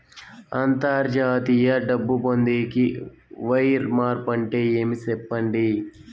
అంతర్జాతీయ డబ్బు పొందేకి, వైర్ మార్పు అంటే ఏమి? సెప్పండి?